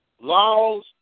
laws